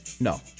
No